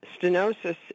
Stenosis